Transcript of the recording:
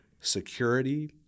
security